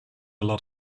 lot